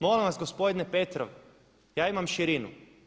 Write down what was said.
Molim vas gospodine Petrov ja imam širinu.